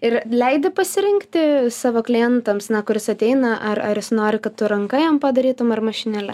ir leidi pasirinkti savo klientams kuris ateina ar ar jis nori kad tu ranka jam padarytum ar mašinėle